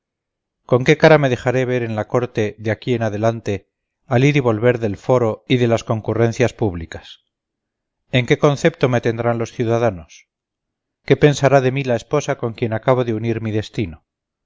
con qué cara me dejaré ver en la corte de aquí en adelante al ir y volver del foro y de las concurrencias públicas en qué concepto me tendrán los ciudadanos qué pensará de mí la esposa con quien acabo de unir mi destino